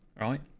right